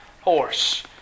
horse